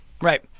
Right